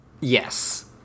Yes